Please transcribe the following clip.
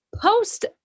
Post